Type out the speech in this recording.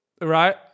Right